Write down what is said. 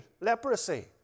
leprosy